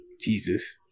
Jesus